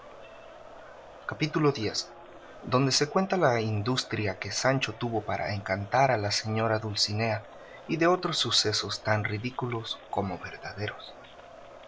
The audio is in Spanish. capítulo x donde se cuenta la industria que sancho tuvo para encantar a la señora dulcinea y de otros sucesos tan ridículos como verdaderos